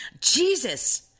Jesus